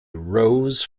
rose